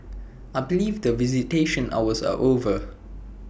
I believe the visitation hours are over